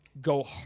go